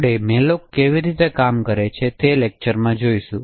આપણે malloc કેવી રીતે કામ કરે છે તે લેક્ચરમાં જોશું